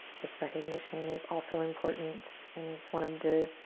this recognition is also important and it's one of the